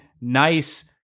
nice